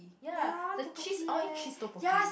ya the cheese all eat cheese tteokbokki